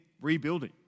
rebuilding